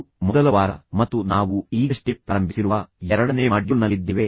ಇದು ಮೊದಲ ವಾರ ಮತ್ತು ನಾವು ಈಗಷ್ಟೇ ಪ್ರಾರಂಭಿಸಿರುವ ಎರಡನೇ ಮಾಡ್ಯೂಲ್ನಲ್ಲಿದ್ದೇವೆ